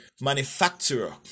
manufacturer